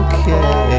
Okay